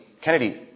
Kennedy